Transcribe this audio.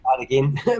again